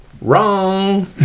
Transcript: Wrong